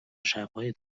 شبهای